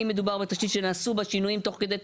אם מדובר בתשתית שנעשו בה שינויים תוך כדי תנועה,